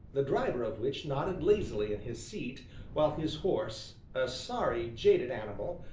the driver of which nodded lazily in his seat while his horse, a sorry, jaded animal,